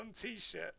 T-shirt